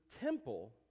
temple